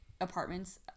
apartments